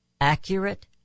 accurate